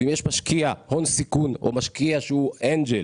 ואם יש משקיע הון סיכון או משקיע שהוא אנג'ל